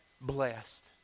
blessed